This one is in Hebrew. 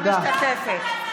לא משתתפת.